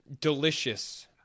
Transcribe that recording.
delicious